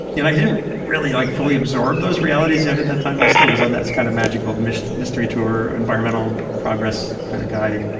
and i didn't really like fully absorb those realities yet at that time. i still was on this kind of magical mystery mystery tour, environmental progress, kind of guy.